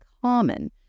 common